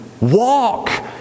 walk